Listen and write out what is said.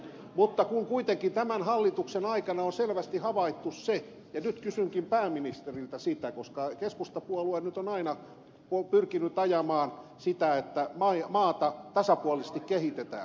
mutta kun kuitenkin tämän hallituksen aikana se on selvästi havaittu nyt kysynkin pääministeriltä siitä koska keskustapuolue nyt on aina pyrkinyt ajamaan sitä että maata tasapuolisesti kehitetään